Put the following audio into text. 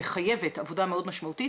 היא מחייבת גם עבודה מאוד משמעותית,